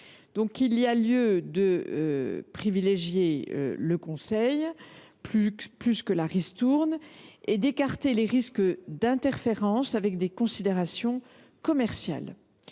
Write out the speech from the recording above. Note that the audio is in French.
donc lieu de privilégier le conseil plus que la ristourne et d’écarter les risques d’interférence avec des considérations commerciales.